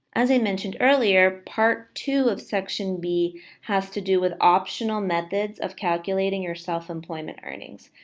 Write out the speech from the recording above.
as i mentioned earlier, part two of section b has to do with optional methods of calculating your self employment earnings.